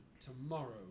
tomorrow